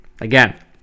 Again